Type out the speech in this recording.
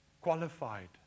qualified